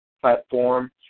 platform